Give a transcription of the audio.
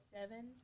Seven